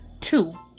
two